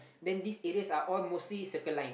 then these areas are all mostly Circle Line